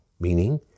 meaning